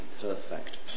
perfect